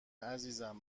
عزیزم